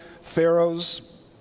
pharaohs